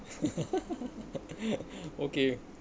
okay